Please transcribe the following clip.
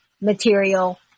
material